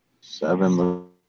seven